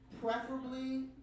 preferably